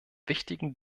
wichtigen